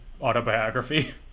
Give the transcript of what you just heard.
autobiography